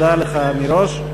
תודה לך מראש.